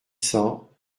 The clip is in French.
cents